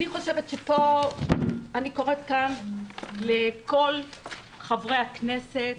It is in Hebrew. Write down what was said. אני קוראת כאן לכל חברי הכנסת,